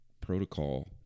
protocol